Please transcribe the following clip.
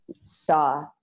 saw